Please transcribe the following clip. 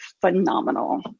phenomenal